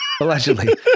Allegedly